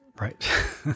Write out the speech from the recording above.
Right